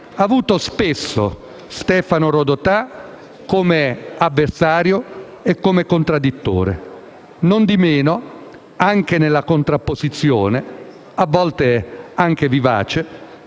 ha avuto spesso Stefano Rodotà come avversario e contraddittore. Nondimeno, anche nella contrapposizione - a volte vivace